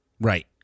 Right